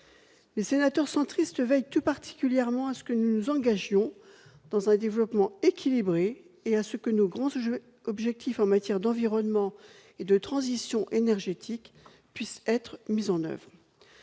Les sénateurs centristes veillent tout particulièrement à ce que nous nous engagions dans un développement équilibré et à ce que nos grands objectifs en matière d'environnement et de transition énergétique puissent être mis en oeuvre.